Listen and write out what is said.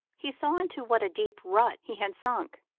he saw into what a deep rut he had sunk.